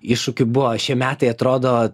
iššūkių buvo šie metai atrodo